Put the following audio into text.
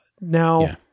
Now